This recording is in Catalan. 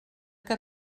que